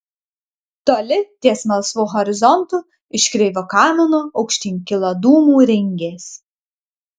toli ties melsvu horizontu iš kreivo kamino aukštyn kilo dūmų ringės